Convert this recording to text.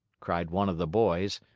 cried one of the boys.